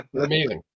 Amazing